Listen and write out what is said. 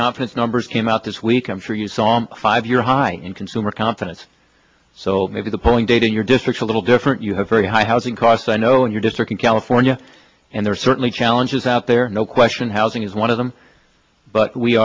confidence numbers came out this week i'm sure you saw a five year high in consumer confidence so maybe the polling data in your district are a little different you have very high housing costs i know in your district in california and there are certainly challenges out there no question housing is one of them but we